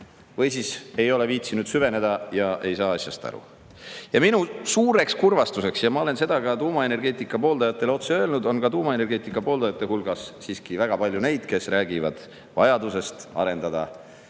või siis ei ole viitsinud süveneda ja ei saa asjast aru. Minu suureks kurvastuseks – ja ma olen seda ka tuumaenergeetika pooldajatele otse öelnud – on ka tuumaenergeetika pooldajate hulgas siiski väga palju neid, kes räägivad vajadusest arendada